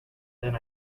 then